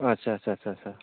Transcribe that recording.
আচ্ছা আচ্ছা আচ্ছা আচ্ছা